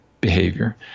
behavior